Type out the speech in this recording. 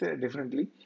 differently